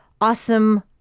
awesome